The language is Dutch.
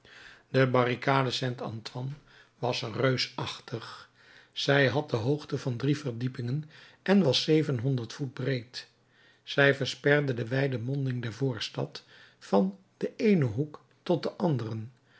de barricade saint antoine was reusachtig zij had de hoogte van drie verdiepingen en was zevenhonderd voet breed zij versperde de wijde monding der voorstad van den eenen hoek tot den anderen